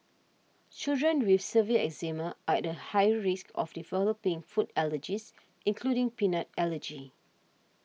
children with severe eczema are at a higher risk of developing food allergies including peanut allergy